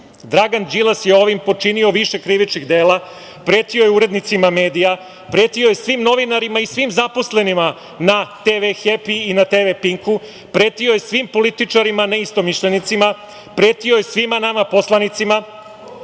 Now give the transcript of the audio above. Đilas je ovim počinio više krivičnih dela, pretio je urednicima medija, pretio je svim novinarima i svim zaposlenima na TV „Hepi“ i TV „Pinku“, pretio je svim političarima, neistomišljenicima, pretio je svima nama poslanicima,